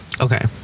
Okay